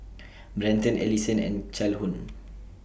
Brenton Alyson and Calhoun